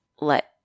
let